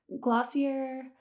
Glossier